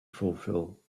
fulfill